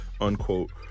unquote